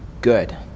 good